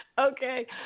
Okay